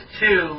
two